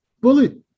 bullet